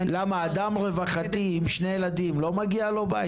למה אדם רווחתי עם שני ילדים לא מגיע לו בית?